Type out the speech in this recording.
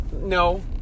No